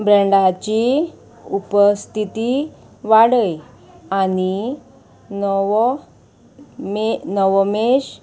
ब्रँडाची उपस्थिती वाडय आनी नवो मे नवोमेश